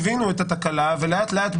הבינו את התקלה ולאט לאט,